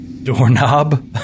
doorknob